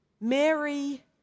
Mary